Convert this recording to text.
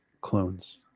clones